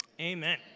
amen